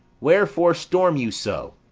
wherefore storm you so?